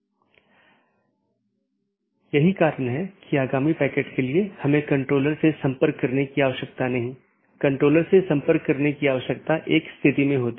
जब भी सहकर्मियों के बीच किसी विशेष समय अवधि के भीतर मेसेज प्राप्त नहीं होता है तो यह सोचता है कि सहकर्मी BGP डिवाइस जवाब नहीं दे रहा है और यह एक त्रुटि सूचना है या एक त्रुटि वाली स्थिति उत्पन्न होती है और यह सूचना सबको भेजी जाती है